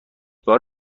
بار